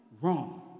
wrong